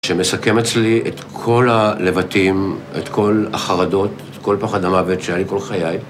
שמסכם אצלי את כל הלבטים, את כל החרדות, את כל פחד המוות שהיה לי כל חיי.